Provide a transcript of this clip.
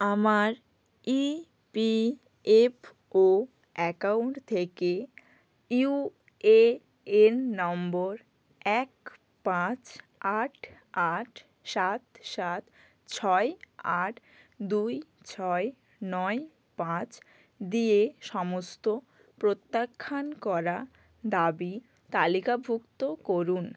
আমার EPFO account থেকে UAN নম্বর এক পাঁচ আট আট সাত সাত ছয় আট দুই ছয় নয় পাঁচ দিয়ে সমস্ত প্রত্যাখ্যান করা দাবি তালিকাভুক্ত করুন